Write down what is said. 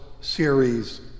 series